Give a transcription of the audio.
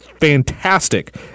fantastic